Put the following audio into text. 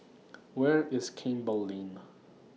Where IS Campbell Lane